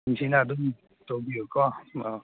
ꯅꯤꯡꯊꯤꯅ ꯑꯗꯨꯝ ꯇꯧꯕꯤꯎꯀꯣ ꯎꯝ ꯑ